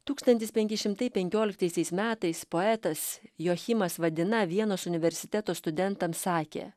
tūkstantis penki šimtai penkioliktaisiais metais poetas joachimas vadina vienos universiteto studentams sakė